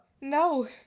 No